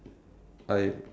I